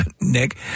Nick